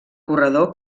corredor